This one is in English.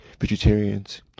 vegetarians